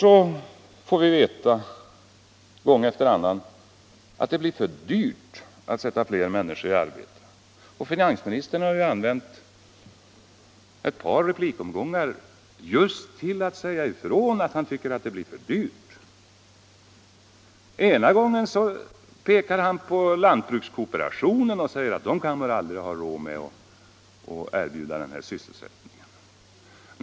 Så får vi gång efter annan veta att det blir för dyrt att sätta fler människor i arbete. Finansministern har använt ett par replikomgångar just till att säga ifrån att han tycker att det blir för dyrt. Ena gången pekar han på lantbrukskooperationen och säger att den kan väl aldrig ha råd att erbjuda den här sysselsättningen.